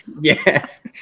Yes